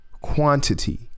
quantity